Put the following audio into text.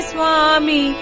Swami